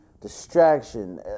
distraction